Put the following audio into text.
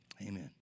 Amen